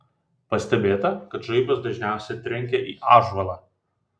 pastebėta kad žaibas dažniausiai trenkia į ąžuolą